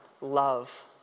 love